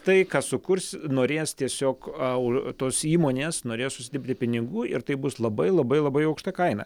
tai ką sukurs norės tiesiog au tos įmonės norės užsidirbti pinigų ir tai bus labai labai labai aukšta kaina